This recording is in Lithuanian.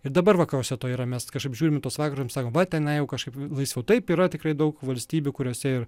ir dabar vakaruose to yra mes kažkaip žiūrim į tuos vakarus ir sakom va tenai jau kažkaip laisviau taip yra tikrai daug valstybių kuriose ir